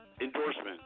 endorsement